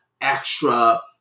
extra